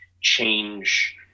change